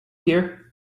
here